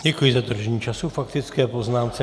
Děkuji za dodržení času k faktické poznámce.